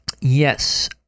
yes